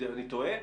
אני טועה?